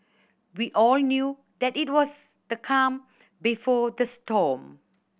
we all knew that it was the calm before the storm